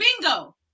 bingo